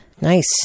Nice